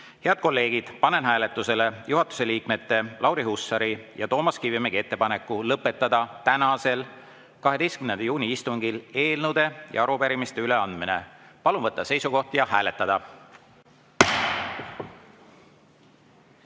Head kolleegid! Panen hääletusele juhatuse liikmete Lauri Hussari ja Toomas Kivimägi ettepaneku lõpetada tänasel, 12. juuni istungil eelnõude ja arupärimiste üleandmine. Palun võtta seisukoht ja hääletada!